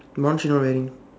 my one she not wearing